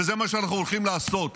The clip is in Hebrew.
וזה מה שאנחנו הולכים לעשות,